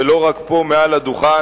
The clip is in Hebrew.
ולא רק פה מעל הדוכן,